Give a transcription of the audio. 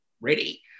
ready